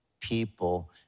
people